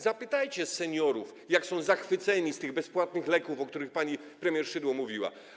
Zapytajcie seniorów, jak są zachwyceni tymi bezpłatnymi lekami, o których pani premier Szydło mówiła.